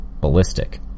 Ballistic